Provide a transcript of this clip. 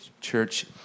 church